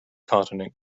continent